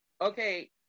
Okay